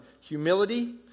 humility